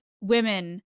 women